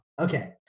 okay